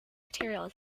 material